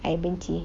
I benci